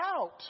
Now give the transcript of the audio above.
out